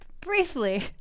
briefly